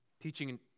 Teaching